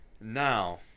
Now